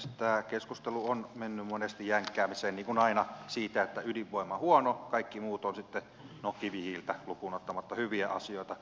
tämä keskustelu on mennyt monesti jänkkäämiseen niin kuin aina siitä että ydinvoima huono kaikki muut ovat sitten no kivihiiltä lukuun ottamatta hyviä asioita